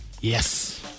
Yes